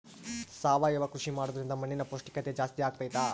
ಸಾವಯವ ಕೃಷಿ ಮಾಡೋದ್ರಿಂದ ಮಣ್ಣಿನ ಪೌಷ್ಠಿಕತೆ ಜಾಸ್ತಿ ಆಗ್ತೈತಾ?